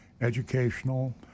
Educational